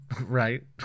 right